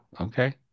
Okay